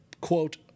quote